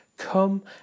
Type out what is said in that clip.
Come